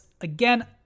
Again